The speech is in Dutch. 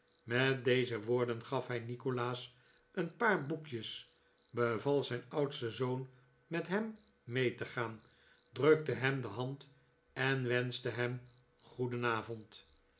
met deze woorden gaf hij nikolaas een paar boekjes beval zijn oudsten zoon met hem mee te gaan drukte hem de hand en wenschte hem goedenavond